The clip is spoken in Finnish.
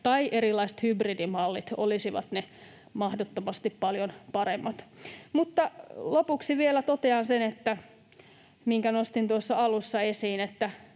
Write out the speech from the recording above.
tai erilaiset hybridimallit olisivat mahdottomasti paljon paremmat. Mutta lopuksi vielä totean sen, minkä nostin tuossa alussa esiin: